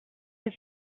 was